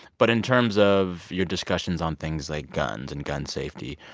but in terms of your discussions on things like guns and gun safety,